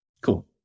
Cool